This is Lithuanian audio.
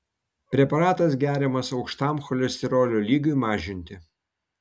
preparatas geriamas aukštam cholesterolio lygiui mažinti